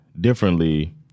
differently